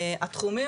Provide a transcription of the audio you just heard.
התחומים